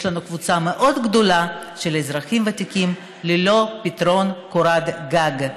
יש לנו קבוצה מאוד גדולה של אזרחים ותיקים ללא פתרון קורת גג,